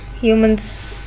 humans